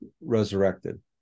resurrected